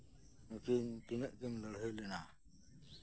ᱱᱩᱠᱤᱱ ᱛᱤᱱᱟᱹᱜ ᱠᱤᱱ ᱞᱟᱹᱲᱦᱟᱹᱭ ᱞᱮᱱᱟ